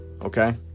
okay